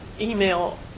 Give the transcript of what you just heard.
email